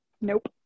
Nope